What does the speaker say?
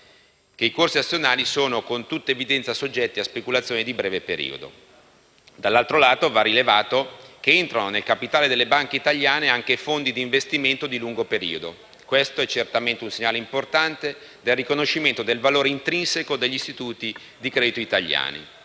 che i corsi azionari sono con tutta evidenza soggetti a speculazioni di breve periodo. Dall'altro lato va rilevato che entrano nel capitale delle banche italiane anche fondi di investimento di lungo periodo. Questo è certamente un segnale importante del riconoscimento del valore intrinseco degli istituti di credito italiani.